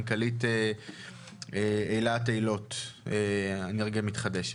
מנכ"לית אילת אילות אנרגיה מתחדשת.